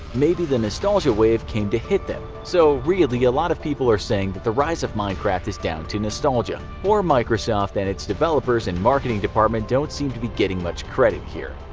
maybe the nostalgia wave came to hit them. so, really, a lot of people are saying but the rise of minecraft is down to nostalgia. poor microsoft and its developers and marketing department don't seem to be getting much credit here.